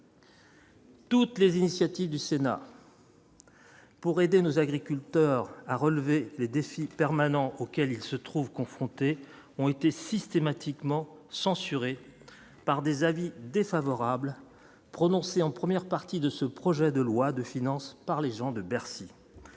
Toutes les initiatives du Sénat. Pour aider nos agriculteurs à relever les défis permanents auxquels il se trouve confrontés ont été systématiquement censuré par des avis défavorables prononcée en première partie de ce projet de loi de finances par les gens de Bercy,